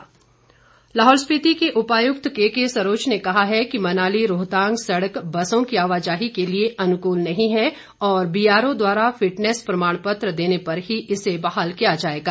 DC Lahaul Lahaul Spiti के उपायुक्त KK Saroch ने कहा है कि मनाली रोहतांग सड़क बसों की आवाजाही के लिए अनुकूल नहीं है और बीआरओ द्वारा फिटनेस प्रमाण पत्र देने पर ही इसे बहाल किया जाएगा